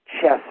chess